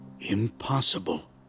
impossible